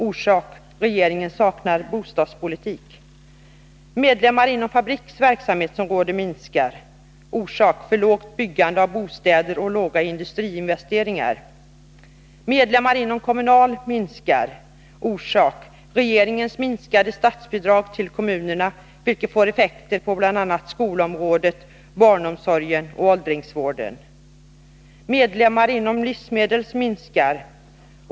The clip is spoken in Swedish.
Orsak: för lågt bostadsbyggande och låga industriinvesteringar. Orsak: regeringens minskade statsbidrag till kommunerna vilket får effekter på bl.a. skolområdet, barnomsorgen och åldringsvården.